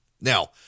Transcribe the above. Now